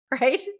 right